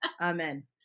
Amen